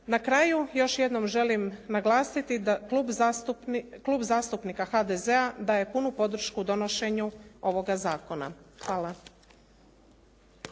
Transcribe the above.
Na kraju još jednom želim naglasiti da Klub zastupnika HDZ-a daje punu podršku donošenju ovoga zakona. Hvala.